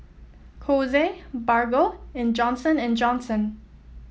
Kose Bargo and Johnson And Johnson